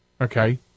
okay